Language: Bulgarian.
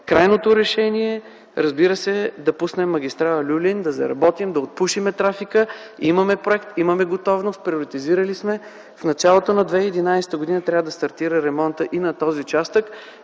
Крайното решение е да пуснем магистрала „Люлин”, да заработим, да отпушим трафика, имаме проект, имаме готовност, приватизирали сме. В началото на 2011 г. трябва да стартира ремонтът и на този участък.